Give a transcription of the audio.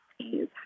please